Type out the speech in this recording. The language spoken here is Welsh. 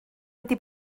wedi